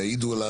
יעידו,